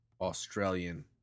Australian